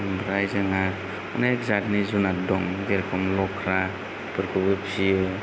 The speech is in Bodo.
आमफ्राय जोंहा अनेख जादनि जुनाद दं जेरख'म लख्राफोरखौबो फियो